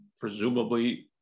presumably